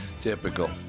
Typical